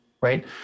right